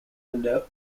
window